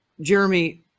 Jeremy